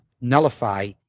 nullify